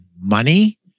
money